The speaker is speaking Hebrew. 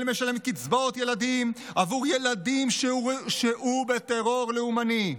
משלמת קצבאות ילדים עבור ילדים שהורשעו בטרור לאומני.